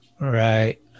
right